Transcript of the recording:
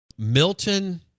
Milton